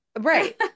right